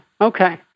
Okay